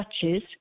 touches—